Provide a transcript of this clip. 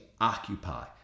occupy